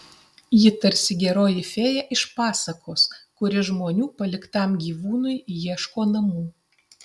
ji tarsi geroji fėja iš pasakos kuri žmonių paliktam gyvūnui ieško namų